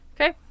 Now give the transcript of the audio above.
Okay